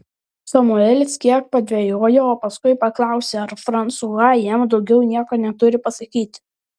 samuelis kiek padvejojo o paskui paklausė ar fransua jam daugiau nieko neturi pasakyti